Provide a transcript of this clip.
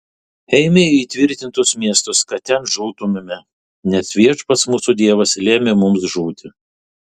eime į įtvirtintus miestus kad ten žūtumėme nes viešpats mūsų dievas lėmė mums žūti